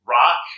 Rock